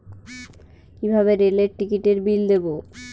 কিভাবে রেলের টিকিটের বিল দেবো?